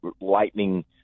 lightning